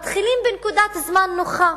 מתחילים בנקודת זמן נוחה,